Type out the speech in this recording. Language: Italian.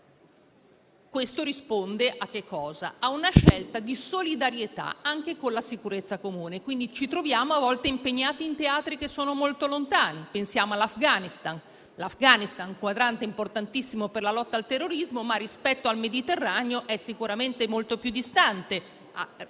Questo risponde a una scelta di solidarietà anche con la sicurezza comune. Ci troviamo quindi a volte impegnati in teatri che sono molto lontani: pensiamo all'Afghanistan, quadrante importantissimo per la lotta al terrorismo, ma rispetto al Mediterraneo è sicuramente molto più distante